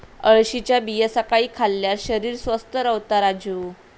अळशीच्या बिया सकाळी खाल्ल्यार शरीर स्वस्थ रव्हता राजू